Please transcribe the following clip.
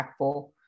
impactful